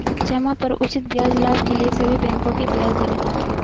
जमा पर उचित ब्याज लाभ के लिए सभी बैंकों की ब्याज दरें देखें